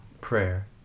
prayer